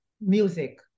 music